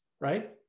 right